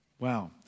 Wow